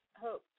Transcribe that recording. hope